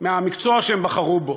מהמקצוע שהם בחרו בו.